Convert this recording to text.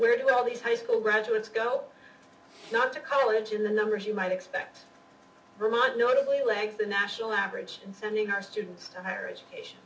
where do all these high school graduates go not to college in the numbers you might expect remark notably legs the national average and sending our students to higher education